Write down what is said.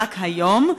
רק היום,